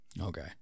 Okay